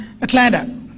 Atlanta